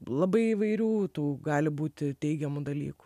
labai įvairių tų gali būti teigiamų dalykų